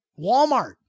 Walmart